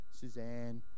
Suzanne